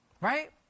Right